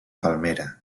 palmera